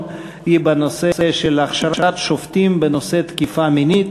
בנושא: הכשרת שופטים בנושא תקיפה מינית.